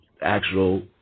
actual